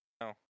No